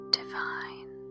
divine